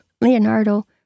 Leonardo